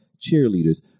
cheerleaders